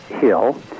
hill